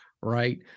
right